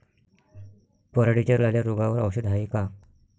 पराटीच्या लाल्या रोगावर औषध हाये का?